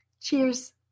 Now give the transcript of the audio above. Cheers